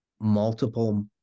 multiple